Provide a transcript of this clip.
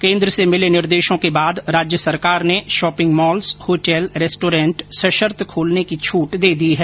केन्द्र से मिले निर्देशों के बाद राज्य सरकार ने शॉपिंग मॉल्स होटल रेस्टोरेंट सशर्त खोलने की छूट दे दी है